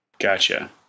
Gotcha